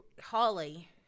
Holly